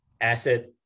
asset